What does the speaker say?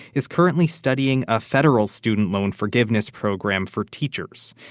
is currently studying a federal student loan forgiveness program for teachers.